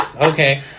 Okay